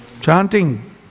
Chanting